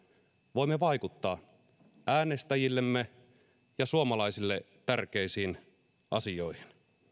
voimme vaikuttaa äänestäjillemme ja suomalaisille tärkeisiin asioihin